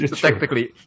Technically